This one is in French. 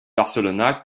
barcelona